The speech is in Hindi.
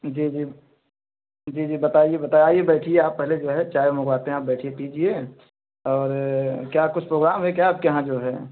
जी जी जी जी बताइए बता आइए बैठिए आप पहले जो है चाय मंगवाते हैं आप बैठिए पीजिए और क्या कुछ प्रोग्राम है क्या आपके यहाँ जो है